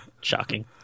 shocking